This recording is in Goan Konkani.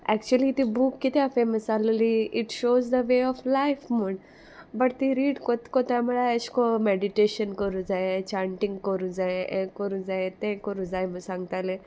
एक्चुली ती बूक कित्या फेमस आल्हली it shows the way of life म्हूण बट ती रीड कोत कोत्ता म्हळ्यार एशें को मॅडिटेशन करूं जाय चान्टींग कोरूं जाय हें कोरूं जाय तें कोरूं जाय म्हूण सांगतालें